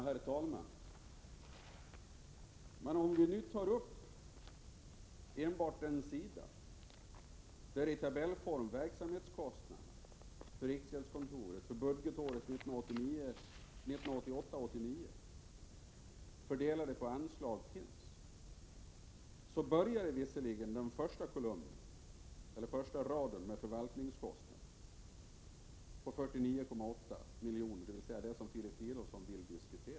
Herr talman! Om vi nu enbart tar upp den sidan i budgetpropositionen som i tabellform berör verksamhetskostnaderna för riksgäldskontoret budgetåret 1988/89 fördelade på anslag, är den första posten visserligen förvaltningskostnader på 49,8 milj.kr., dvs. det som Filip Fridolfsson vill diskutera.